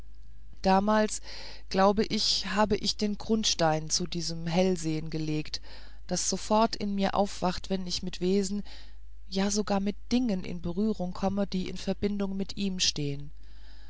damals glaube ich habe ich den grundstein zu dem hellsehen gelegt das sofort in mir aufwacht wenn ich mit wesen ja sogar mit dingen in berührung komme die in verbindung mit ihm stehen